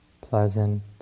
pleasant